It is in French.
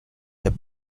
est